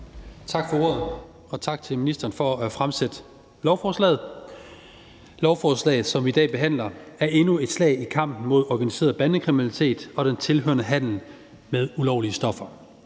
Tak for ordet, og tak til ministeren for at fremsætte lovforslaget. Lovforslaget, som vi i dag behandler, er endnu et slag i kampen mod organiseret bandekriminalitet og den tilhørende handel med ulovlige stoffer.